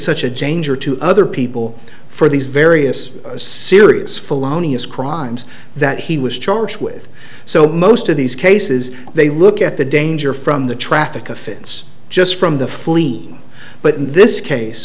such a dangerous to other people for these various serious follow nias crimes that he was charged with so most of these cases they look at the danger from the traffic offense just from the fleet but in this case